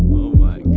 oh my